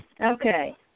Okay